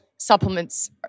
supplements